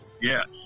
Yes